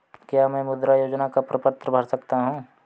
क्या मैं मुद्रा योजना का प्रपत्र भर सकता हूँ?